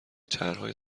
طرحهای